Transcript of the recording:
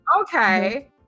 Okay